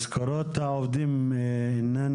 משכורות העובדים אינן